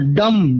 dumb